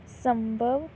ਸੰਭਵ